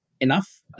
enough